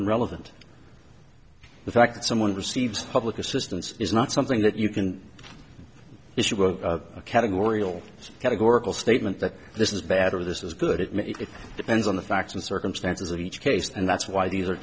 and relevant the fact that someone receives public assistance is not something that you can issue a category all categorical statement that this is bad or this is good it maybe it depends on the facts and circumstances of each case and that's why these are